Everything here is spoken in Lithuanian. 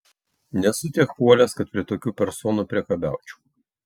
nesu tiek puolęs kad prie tokių personų priekabiaučiau